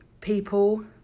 people